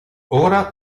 ora